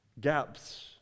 gaps